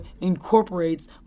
incorporates